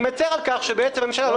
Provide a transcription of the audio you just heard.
אני מצר על כך שהממשלה לא קיבלה את זה.